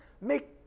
make